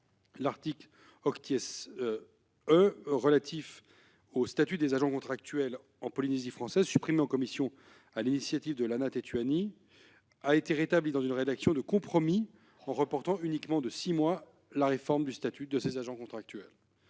l'article 1 E relatif au statut des agents contractuels en Polynésie française, supprimé en commission sur l'initiative de Lana Tetuanui, a été rétabli dans une rédaction de compromis reportant uniquement de six mois la réforme du statut de ces agents contractuels.